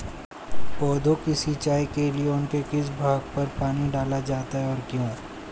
पौधों की सिंचाई के लिए उनके किस भाग पर पानी डाला जाता है और क्यों?